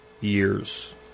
years